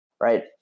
right